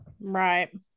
right